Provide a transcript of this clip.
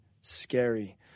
scary